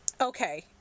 okay